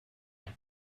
and